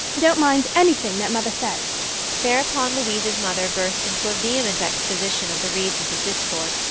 don't mind anything that mother says thereupon louise's mother burst into a vehement exposition of the reasons of discord,